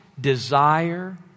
desire